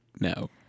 No